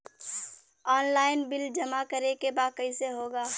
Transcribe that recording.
Online bill जमा करे के बा कईसे होगा?